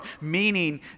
meaning